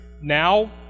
now